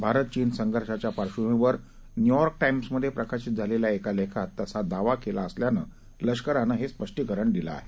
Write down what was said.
भारत चीन संघर्षाच्या पार्श्वभूमीवर न्यूयॉर्क टाईम्समधे प्रकाशित झालेल्या एका लेखात तसा दावा केला असल्यानं लष्करानं हे स्पष्टीकरण दिलं आहे